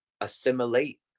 assimilate